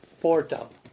portal